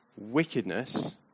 wickedness